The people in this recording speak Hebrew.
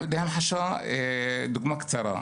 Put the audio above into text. להמחשה דוגמה קצרה.